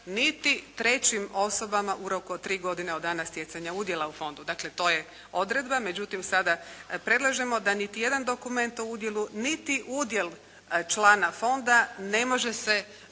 niti trećim osobama u roku od tri godine od dana stjecanja udjela u fondu. Dakle, to je odredba. Međutim, sada predlažemo da niti jedan dokument o udjelu, niti udjel člana fonda ne može se